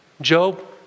Job